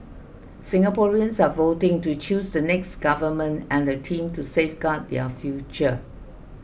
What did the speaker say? Singaporeans are voting to choose the next government and the team to safeguard their future